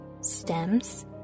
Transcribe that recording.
stems